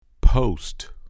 Post